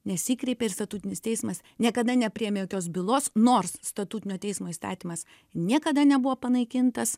nesikreipė ir statutinis teismas niekada nepriėmė jokios bylos nors statutinio teismo įstatymas niekada nebuvo panaikintas